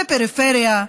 בפריפריה,